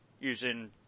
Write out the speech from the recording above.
using